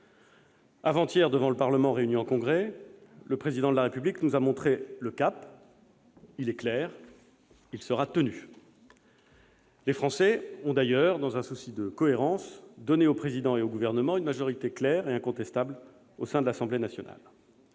Avant-hier, devant le Parlement réuni en Congrès, le Président de la République nous a montré le cap : celui-ci est clair et sera tenu ! Les Français ont d'ailleurs, dans un souci de cohérence, donné au Président et au Gouvernement une majorité claire et incontestable au sein de l'Assemblée nationale.